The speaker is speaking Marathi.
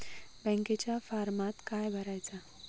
बँकेच्या फारमात काय भरायचा?